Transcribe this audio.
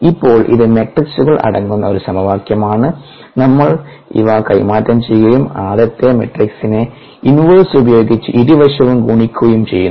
ഇപ്പോൾ ഇത് മാട്രിക്സുകൾ അടങ്ങുന്ന ഒരു സമവാക്യമാണ് നമ്മൾ ഇവ കൈമാറ്റം ചെയ്യുകയും ആദ്യത്തെ മാട്രിക്സിന്റെ ഇൻവേഴ്സ് ഉപയോഗിച്ച് ഇരുവശവും ഗുണിക്കുകയും ചെയ്യുന്നു